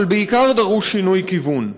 אבל בעיקר דרוש שינוי כיוון: